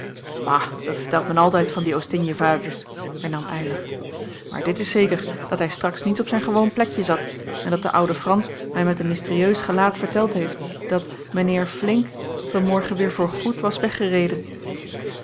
bah dat vertelt men altijd van die oostinjevaarders hernam eylar maar dit is zeker dat hij straks niet op zijn gewoon plekje zat en dat de oude frans mij met een mysterieus gelaat verteld heeft dat menheir flinck van morgen weêr voor goed was weggereden